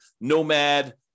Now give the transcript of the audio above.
nomad